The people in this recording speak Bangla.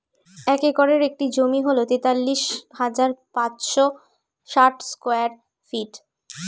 এক একরের একটি জমি হল তেতাল্লিশ হাজার পাঁচশ ষাট স্কয়ার ফিট